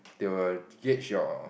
they will catch your